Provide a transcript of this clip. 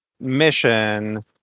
mission